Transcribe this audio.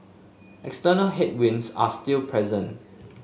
external headwinds are still present